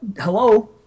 Hello